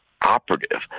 operative